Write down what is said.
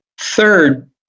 Third